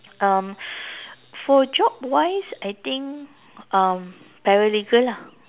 um for job wise I think um paralegal lah